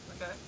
Okay